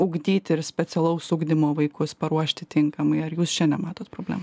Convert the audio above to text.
ugdyti ir specialaus ugdymo vaikus paruošti tinkamai ar jūs čia nematot problemų